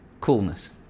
coolness